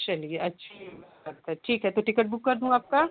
चलिए अच्छी बात है ठीक है तो टिकट बुक कर दूँ आपका